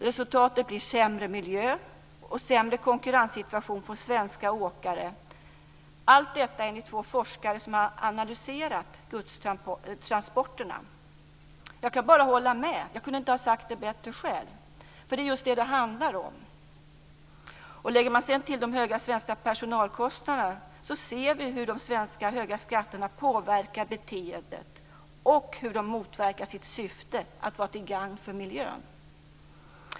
Resultatet blir sämre miljö och en sämre konkurrenssituation för svenska åkare. Allt detta enligt två forskare som har analyserat godstransporterna. Jag kan bara hålla med. Jag kunde inte ha sagt det bättre själv. Det är just detta det handlar om. Om man sedan lägger till de höga svenska personalkostnaderna ser vi hur de svenska höga skatterna påverkar beteendet och hur de motverkar sitt syfte att vara till gagn för miljön.